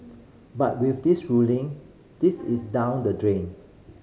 but with this ruling this is down the drain